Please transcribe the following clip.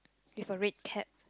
you have a red cap